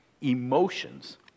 emotions